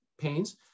pains